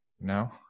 no